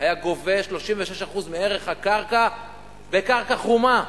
היה גובה 36% מערך הקרקע בקרקע חומה,